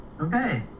Okay